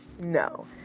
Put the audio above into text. No